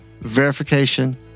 verification